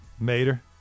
Mater